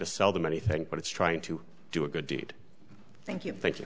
to sell them anything but it's trying to do a good deed thank you thank you